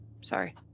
Sorry